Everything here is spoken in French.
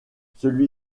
celui